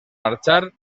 marxar